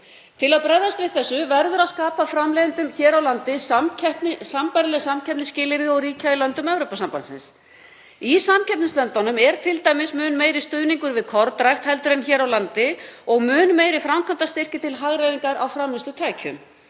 Til að bregðast við þessu verður að skapa framleiðendum hér á landi sambærileg samkeppnisskilyrði og ríkja í löndum Evrópusambandsins. Í samkeppnislöndunum er t.d. mun meiri stuðningur við kornrækt en hér á landi og mun meiri framkvæmdastyrkir til hagræðingar á framleiðslutækjum.